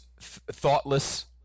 thoughtless